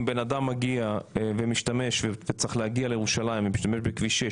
אם בן אדם צריך להגיע לירושלים ומשתמש בכביש 6,